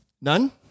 None